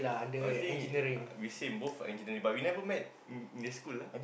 I think we same both engineering but we never met in in the school ah